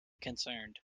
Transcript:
concerned